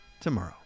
tomorrow